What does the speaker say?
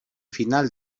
final